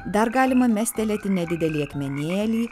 dar galima mestelėti nedidelį akmenėlį